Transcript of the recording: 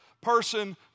person